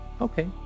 okay